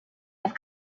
have